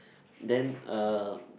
then uh